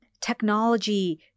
technology